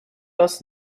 das